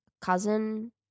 cousin